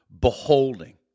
beholding